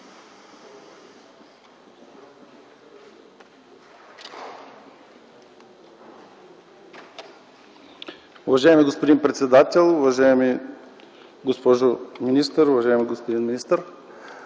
Уважаеми господин председател, уважаема госпожо министър, уважаеми господин министър,